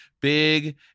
big